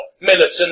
militant